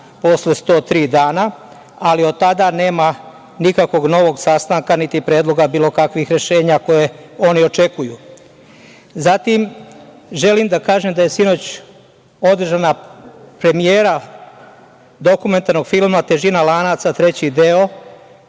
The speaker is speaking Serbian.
posle 103 dana, ali od tada nema nikakvog novog sastanka, niti predloga bilo kakvih rešenja koja oni očekuju. Zatim, želim da kažem da je sinoć održana premijera dokumentarnog filma „Težina lanaca 3. deo“,